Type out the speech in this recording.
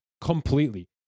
completely